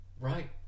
Right